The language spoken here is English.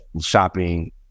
shopping